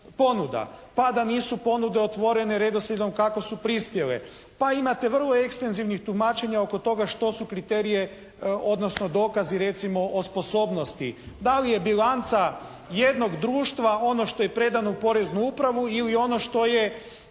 ponuda, pa da nisu ponude otvorene redoslijedom kako su prispjele, pa imate vrlo ekstenzivnih tumačenja oko toga što su kriterije, odnosno dokazi recimo o sposobnosti. Da li je bilanca jednog društva ono što je predano u poreznu upravu ili ono što je